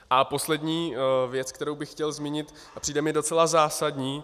A poslední věc, kterou bych chtěl zmínit a přijde mi docela zásadní.